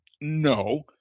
no